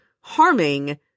harming